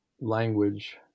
language